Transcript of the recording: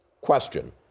Question